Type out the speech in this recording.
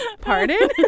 pardon